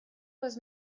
was